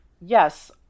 Yes